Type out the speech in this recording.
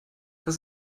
das